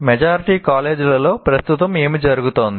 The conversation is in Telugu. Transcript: మెజారిటీ కాలేజీలలో ప్రస్తుతం ఏమి జరుగుతోంది